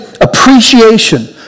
appreciation